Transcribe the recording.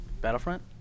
Battlefront